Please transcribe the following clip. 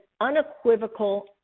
unequivocal